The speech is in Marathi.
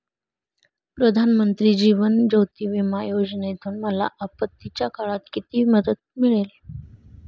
प्रधानमंत्री जीवन ज्योती विमा योजनेतून मला आपत्तीच्या काळात किती मदत मिळेल?